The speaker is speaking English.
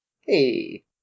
Hey